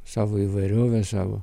savo įvairove savo